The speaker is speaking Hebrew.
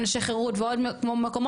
אנשי חירות ועוד מקומות,